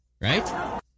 Right